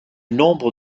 nombre